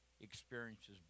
experiences